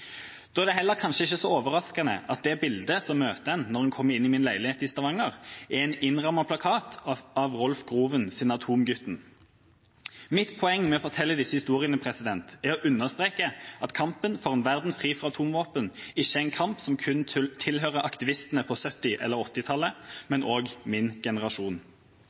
Da er det kanskje heller ikke så overraskende at det bildet som møter en når en kommer inn i min leilighet i Stavanger, er en innrammet plakat av Rolf Grovens «Atomgutten». Mitt poeng med å fortelle disse historiene er å understreke at kampen for en verden fri for atomvåpen ikke er en kamp som kun tilhører aktivistene på 1970- eller 1980-tallet, men også min generasjon.